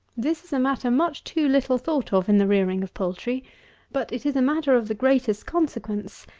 this is a matter much too little thought of in the rearing of poultry but it is a matter of the greatest consequence.